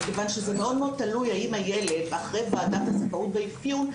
מכיוון שזה מאוד מאוד תלוי האם הילד אחרי ועדת הזכאות והאפיון,